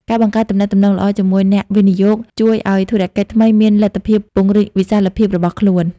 ការបង្កើតទំនាក់ទំនងល្អជាមួយអ្នកវិនិយោគជួយឱ្យធុរកិច្ចថ្មីមានលទ្ធភាពពង្រីកវិសាលភាពរបស់ខ្លួន។